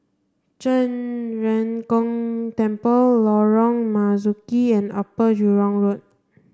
Zhen Ren Gong Temple Lorong Marzuki and Upper Jurong Road